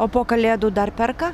o po kalėdų dar perka